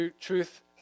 truth